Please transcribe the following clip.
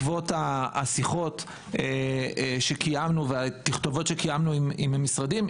השיחות והתכתובות שקיימנו עם המשרדים,